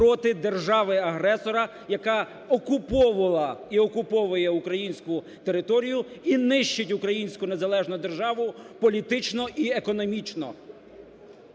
проти держави-агресора, яка окуповувала і окуповує українську територію, і нищить українську незалежну державу політично і економічно.